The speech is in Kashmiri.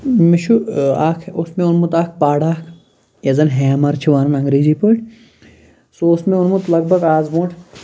مےٚ چھُ اَکھ اوس مےٚ اوٚنمُت اَکھ پَڑ اَکھ یَتھ زَنہٕ ہیمَر چھِ وَنان انگریٖزی پٲٹھۍ سُہ اوس مےٚ اوٚنمُت لگ بگ آز برٛونٛٹھ